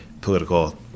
political